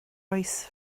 oes